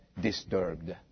disturbed